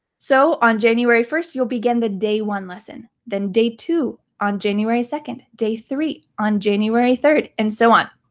so on january first you'll begin the day one lesson, then day two on january second, day three on january third, and so on.